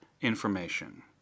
information